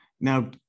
Now